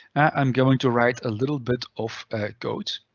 i'm going to write a little bit of code.